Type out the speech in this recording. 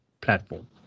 platform